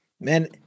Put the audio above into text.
Man